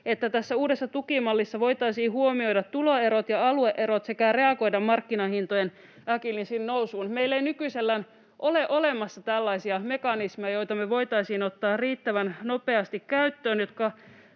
että tässä uudessa tukimallissa voitaisiin huomioida tuloerot ja alue-erot sekä reagoida markkinahintojen äkilliseen nousuun. Meillä ei nykyisellään ole olemassa tällaisia mekanismeja, joita me voitaisiin ottaa riittävän nopeasti käyttöön,